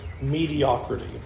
mediocrity